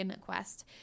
Quest